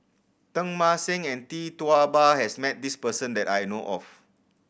Teng Mah Seng and Tee Tua Ba has met this person that I know of